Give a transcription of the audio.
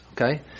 okay